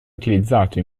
utilizzato